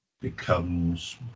becomes